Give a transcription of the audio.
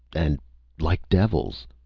and like devils